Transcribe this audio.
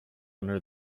under